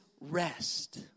rest